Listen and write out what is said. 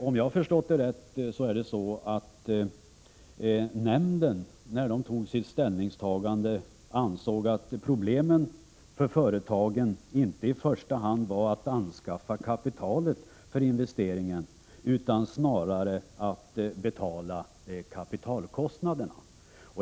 Om jag har förstått rätt är det så att nämnden, när den tog ställning, ansåg att problemet för företagen inte i första hand var att anskaffa kapitalet för investeringen utan snarare att betala kapitalkostnaderna.